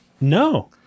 No